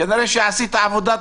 כנראה שעשית שם עבודה טובה.